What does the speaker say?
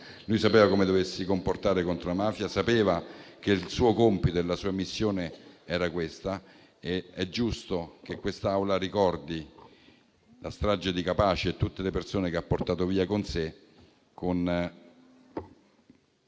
Lui sapeva come comportarsi contro la mafia e sapeva che il suo compito e la sua missione erano questi. È giusto che questa Assemblea ricordi la strage di Capaci e tutte le persone che ha portato via. Propongo